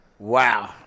Wow